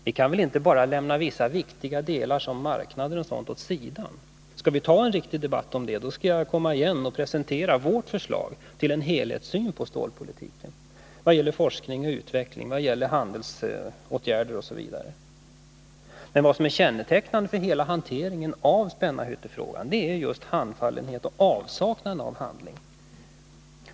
Vi kan väl inte föra vissa delar, t.ex. marknaderna, åt sidan. Skall vi ta en riktig debatt om detta, vill jag komma igen och presentera vårt förslag till en helhetssyn på stålpolitiken: forskning, utveckling, handelspolitiska åtgärder m.m. Vad som är kännetecknande för hela hanteringen av Spännarhyttefrågan är just handfallenhet och avsaknad av handling.